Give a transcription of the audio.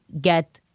get